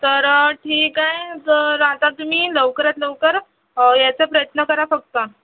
तर ठीक आहे तर आता तुम्ही लवकरात लवकर यायचा प्रयत्न करा फक्त